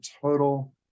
total